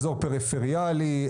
אזור פריפריאלי,